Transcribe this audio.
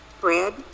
Bread